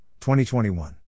2021